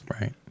right